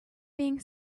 being